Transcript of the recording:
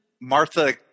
Martha